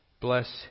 bless